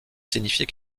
signifier